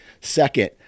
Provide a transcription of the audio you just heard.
Second